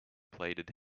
plated